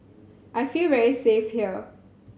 I feel very safe here